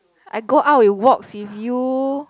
I go out with walks with you